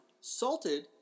salted